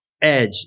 edge